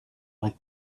like